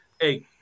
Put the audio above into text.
Hey